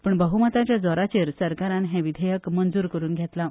पूण भोवमताच्या बळार सरकारान हें विधेयक मंजूर करून घेतलां